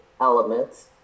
elements